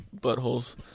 buttholes